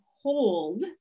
hold